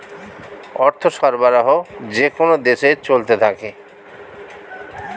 অর্থ সরবরাহ যেকোন দেশে চলতে থাকে